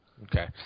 Okay